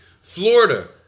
Florida